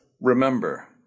Remember